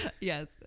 Yes